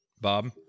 Bob